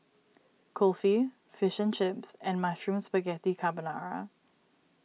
Kulfi Fish Chips and Mushroom Spaghetti Carbonara